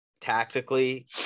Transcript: tactically